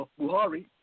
Buhari